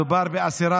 מדובר באסירה